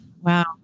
Wow